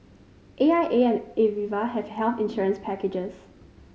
A I A and Aviva have health insurance packages